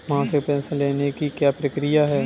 मासिक पेंशन लेने की क्या प्रक्रिया है?